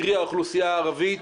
קרי האוכלוסייה הערבית,